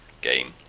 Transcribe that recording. game